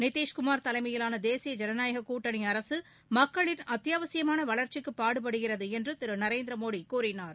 நிதிஷ்குமார் தலைமையிலான தேசிய ஜனநாயகக் கூட்டணி அரசு மக்களின் அத்தியாவசியமான வளர்ச்சிக்கு பாடுபடுகிறது என்று திரு நரேந்திரமோடி கூறினார்